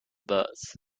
birds